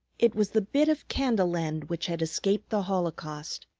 it was the bit of candle-end which had escaped the holocaust.